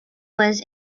was